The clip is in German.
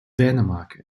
dänemark